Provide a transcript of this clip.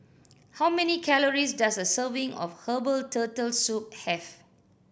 how many calories does a serving of herbal Turtle Soup have